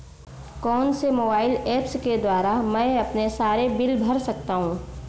कौनसे mobile apps के द्वारा मैं अपने सारे बिल भर सकता हूं?